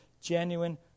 genuine